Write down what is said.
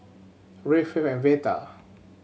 Reid Faith and Veta